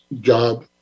job